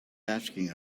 asking